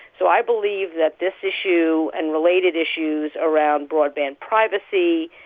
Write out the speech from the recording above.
so i believe that this issue and related issues around broadband privacy,